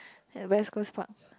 at West-Coast Park